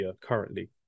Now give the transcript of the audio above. currently